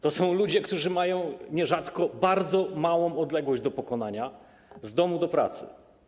To są ludzie, którzy mają nierzadko bardzo małą odległość do pokonania z domu do pracy.